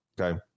okay